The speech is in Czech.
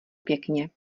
pěkně